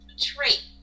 trait